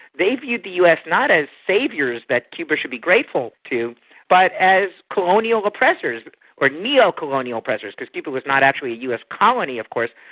they viewed the us not as saviours that cuba should be grateful to but as colonial oppressors or neo-colonial oppressors because cuba was not actually a us colony of course.